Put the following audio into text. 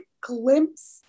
glimpse